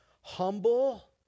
humble